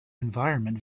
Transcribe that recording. environment